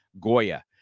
Goya